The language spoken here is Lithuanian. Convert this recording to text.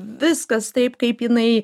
viskas taip kaip jinai